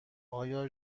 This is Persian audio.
آیا